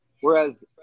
whereas